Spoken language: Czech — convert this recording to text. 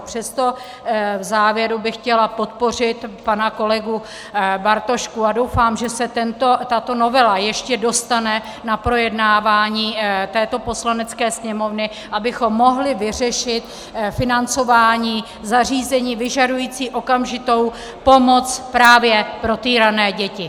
Přesto v závěru bych chtěla podpořit pana kolegu Bartoška a doufám, že se tato novela ještě dostane na projednávání této Poslanecké sněmovny, abychom mohli vyřešit financování zařízení vyžadujících okamžitou pomoc právě pro týrané děti.